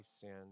sin